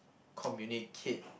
communicate